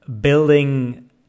building